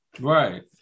right